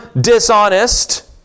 dishonest